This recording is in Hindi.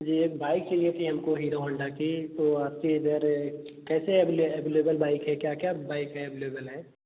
जी एक बाइक चाहिए थी हमको हीरो होन्डा की तो आपके इधर कैसे अवेलेबल बाइक है क्या क्या बाइक है अवेलेबल है